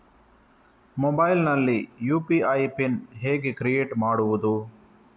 Mobile ನಲ್ಲಿ UPI pin ಹೇಗೆ create ಮಾಡುವುದು?